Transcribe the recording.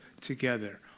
together